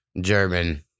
German